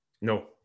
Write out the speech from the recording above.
no